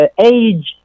age